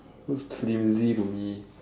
looks flimsy to me